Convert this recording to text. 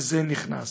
וזה נכנס.